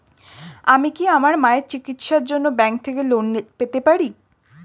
আমি কি আমার মায়ের চিকিত্সায়ের জন্য ব্যঙ্ক থেকে লোন পেতে পারি?